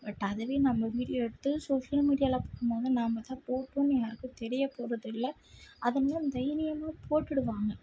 but அதுவே நம்ம video எடுத்து சோஷியல் மீடியாவில் போடும்போது நாம் தான் போட்டோன்னு யாருக்கும் தெரியப் போகிறதில்ல அதை மாரி தைரியமாக போட்டுவிடுவாங்க